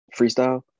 freestyle